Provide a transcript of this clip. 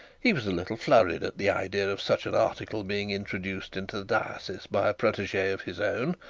he was a little flurried at the idea of such an article, being introduced into the diocese by a protege of his own,